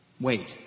Wait